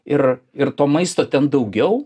ir ir to maisto ten daugiau